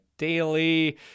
daily